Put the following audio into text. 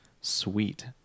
sweet